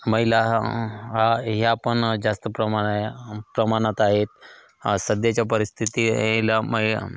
महिला ह हा ह्या पण जास्त प्रमाणा प्रमाणात आहेत सध्याच्या परिस्थिती ला मै